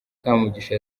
kamugisha